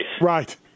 Right